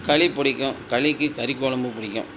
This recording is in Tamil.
களிப் பிடிக்கும் களிக்கு கறிக்குலம்புப் பிடிக்கும்